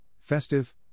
festive